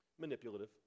Manipulative